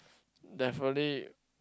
definitely